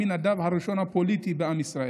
עמינדב הפוליטי הראשון בעם ישראל,